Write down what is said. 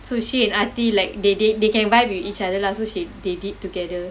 so she and aarthi like they they they can like vibe with each other lah so she they did together